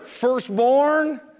firstborn